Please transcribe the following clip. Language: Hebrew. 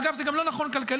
אגב, זה גם לא נכון כלכלית.